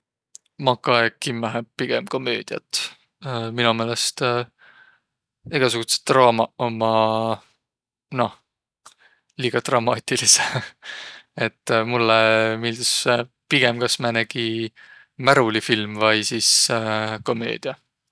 Ma kae kimmähe pigem komöödiät. Mino meelest egäsugudsõq draamaq ommaq, noh, liiga dramaatilidsõq. Et mullõ miildüs pigemb kas määnegi märulifilm vai sis komöödiä.